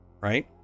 Right